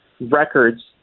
records